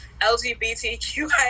LGBTQI